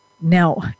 Now